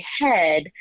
head